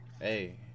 Hey